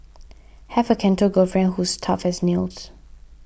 have a Canto girlfriend who's tough as nails